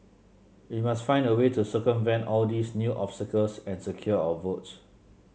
we must find a way to circumvent all these new obstacles and secure our votes